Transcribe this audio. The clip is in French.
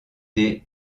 des